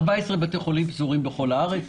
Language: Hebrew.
14 בתי חולים פזורים בכל הארץ.